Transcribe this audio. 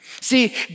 See